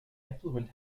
effluent